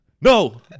no